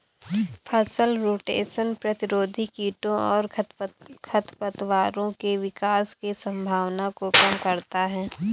फसल रोटेशन प्रतिरोधी कीटों और खरपतवारों के विकास की संभावना को कम करता है